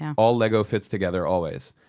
yeah all legos fit together always.